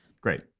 Great